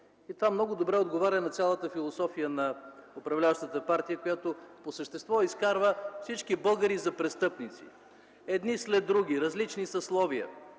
И това много добре отговаря на цялата философия на управляващата партия, която по същество изкарва всички българи престъпници. Едни след други, различни съсловия.